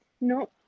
No